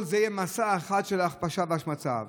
כל זה יהיה מסע אחד של הכפשה והשמצה.